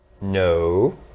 No